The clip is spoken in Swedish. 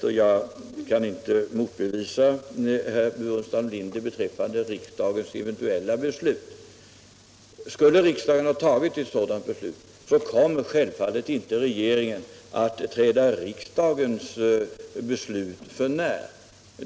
Jag kan inte motsäga herr Burenstam Linder i fråga om riksdagens eventuella beslut, men skulle riksdagen ha tagit ett sådant beslut som herr Burenstam Linder anger, kommer regeringen självfallet inte att träda riksdagens beslut för när.